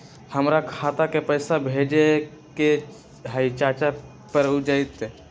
हमरा खाता के पईसा भेजेए के हई चाचा पर ऊ जाएत?